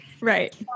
Right